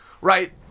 right